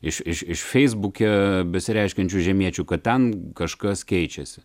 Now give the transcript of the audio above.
iš iš iš feisbuke besireiškiančių žemiečių kad ten kažkas keičiasi